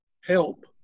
help